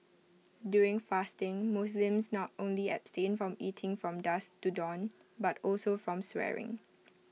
during fasting Muslims not only abstain from eating from dusk to dawn but also from swearing